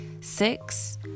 six